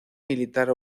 militar